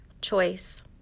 Choice